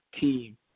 team